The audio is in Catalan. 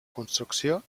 construcció